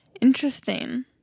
Interesting